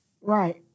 Right